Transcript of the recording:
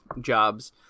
jobs